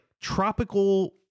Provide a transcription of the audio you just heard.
tropical